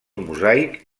mosaic